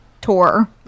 tour